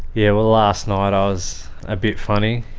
yeah well, last night i was a bit funny.